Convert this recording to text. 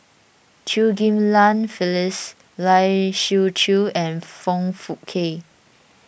Chew Ghim Lian Phyllis Lai Siu Chiu and Foong Fook Kay